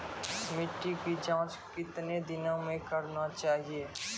मिट्टी की जाँच कितने दिनों मे करना चाहिए?